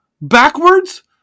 Backwards